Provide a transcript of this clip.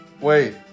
wait